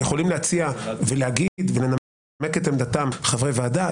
יכולים להציע ולהגיד ולנמק את עמדתם חברי הוועדה.